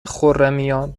خرمیان